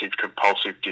compulsive